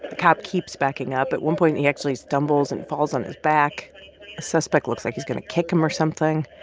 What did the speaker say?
cop keeps backing up. at one point, he actually stumbles and falls on his back. the suspect looks like he's going to kick him or something.